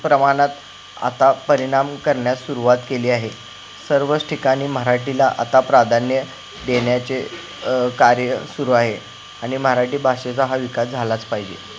प्रमाणात आता परिणाम करण्यास सुरुवात केली आहे सर्वच ठिकाणी मराठीला आता प्राधान्य देण्याचे कार्य सुरू आहे आणि मराठी भाषेचा हा विकास झालाच पाहिजे